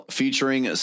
featuring